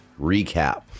recap